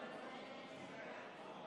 בבקשה.